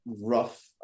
rough